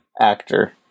actor